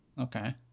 Okay